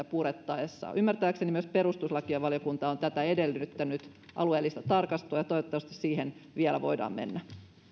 purettaessa ymmärtääkseni myös perustuslakivaliokunta on tätä alueellista tarkastelua edellyttänyt ja toivottavasti siihen vielä voidaan mennä